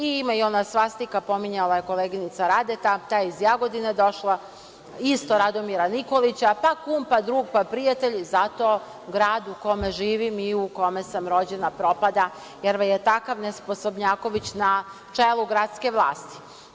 Ima i ona svastika, pominjala je koleginica Radeta, ta je iz Jagodine došla, isto Radomira Nikolića, a ta pumpa prijatelje i zato grad u kojem živim i kojem sam rođena propada, jer vam je takav nesposobnjaković na čelu gradske vlasti.